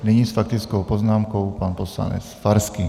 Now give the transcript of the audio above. Nyní s faktickou poznámkou pan poslanec Farský.